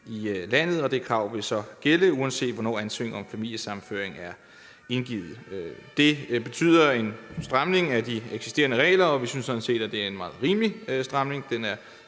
i landet, og det krav vil så gælde, uanset hvornår ansøgning om familiesammenføring er indgivet. Det betyder en stramning af de eksisterende regler, og vi synes sådan set, at det er en meget rimelig stramning.